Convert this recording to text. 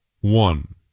One